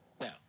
Now